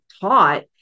taught